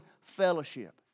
fellowship